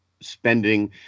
spending